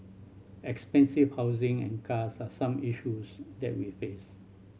expensive housing and cars are some issues that we face